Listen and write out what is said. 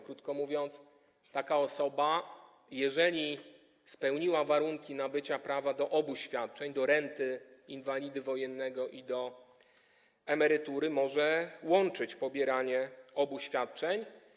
Krótko mówiąc, taka osoba, jeżeli spełniła warunki nabycia prawa do obu świadczeń, do renty inwalidy wojennego i do emerytury, może łączyć pobieranie obu świadczeń.